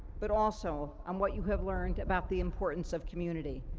but also on what you have learned about the importance of community.